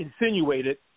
insinuated